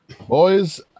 Boys